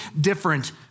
different